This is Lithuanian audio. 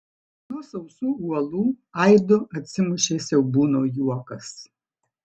nuo sausų uolų aidu atsimušė siaubūno juokas